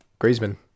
Griezmann